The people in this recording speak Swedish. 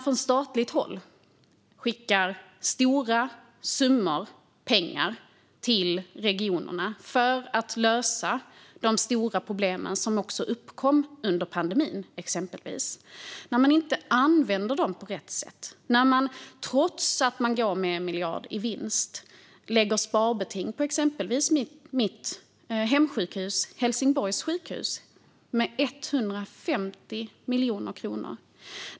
Från statligt håll skickas stora summor pengar till regionerna för att lösa de stora problem som uppkom under exempelvis pandemin. Men man använder dem inte på rätt sätt. Trots att man går med en 1 miljard i vinst lägger man sparbeting på exempelvis mitt hemsjukhus, Helsingborgs lasarett, med 150 miljoner kronor.